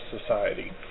society